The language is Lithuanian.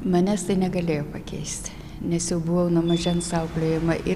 manęs tai negalėjo pakeisti nes jau buvau nuo mažens auklėjama ir